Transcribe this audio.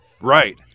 right